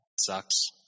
sucks